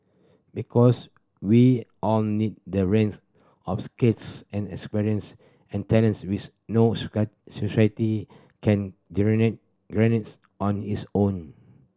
because we all need that range of skills and experience and talents which no society can generate generate on its own